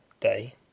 Day